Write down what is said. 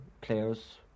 players